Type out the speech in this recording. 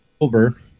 over